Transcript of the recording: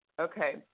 Okay